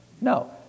no